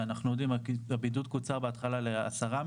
אנחנו יודעים שהבידוד קוצר בתחילה לעשרה ימים